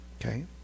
okay